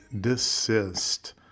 desist